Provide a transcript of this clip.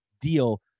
deal